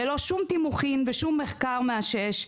ללא שום תימוכין ומחקר מאשש,